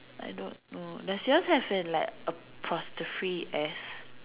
I don't know does yours have an like apostrophe S